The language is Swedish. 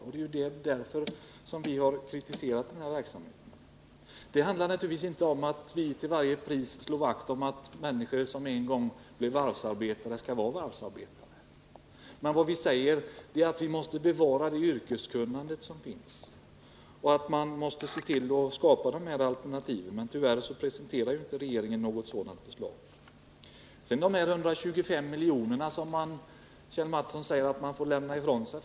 Och det är därför vi fört fram vår kritik. Det handlar naturligtvis inte om att vi till varje pris slår vakt om att människor som en gång blivit varvsarbetare skall fortsätta att vara det. Men vad vi säger är att vi måste bevara det yrkeskunnande som finns och se till att skapa alternativ. Men tyvärr presenterar regeringen inte några sådana förslag. Kjell Mattsson talar om de 125 miljoner som Uddevallavarvet får lämna ifrån sig.